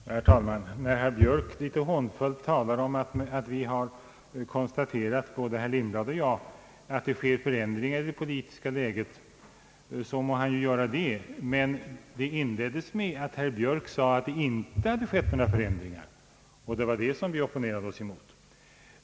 Herr talman! När herr Björk litet hånfullt talar om att både herr Lindblad och jag har konstaterat att det sker förändringar i det politiska läget så må han göra det. Men herr Björk påstod att det inte hade skett några förändringar, och det var det som vi opponerade oss emot.